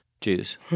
Jews